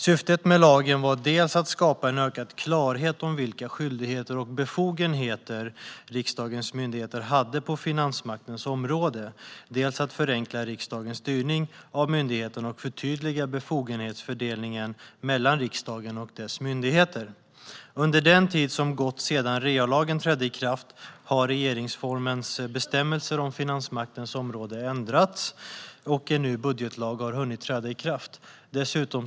Syftet med lagen var dels att skapa en ökad klarhet om vilka skyldigheter och befogenheter riksdagens myndigheter hade på finansmaktens område, dels att förenkla riksdagens styrning av myndigheterna och förtydliga befogenhetsfördelningen mellan riksdagen och dess myndigheter. Under den tid som har gått sedan REA-lagen trädde i kraft har regeringsformens bestämmelser om finansmakten ändrats, och en ny budgetlag har hunnit träda i kraft.